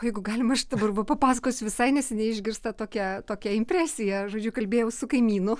jeigu galima aš dabar va papasakosiu visai neseniai išgirstą tokią tokią impresiją žodžiu kalbėjau su kaimynu